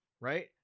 right